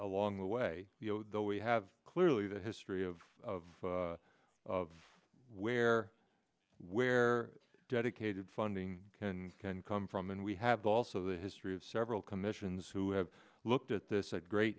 along the way though we have clearly the history of of where where dedicated funding can come from and we have also the history of several commissions who have looked at this at great